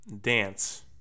dance